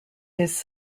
his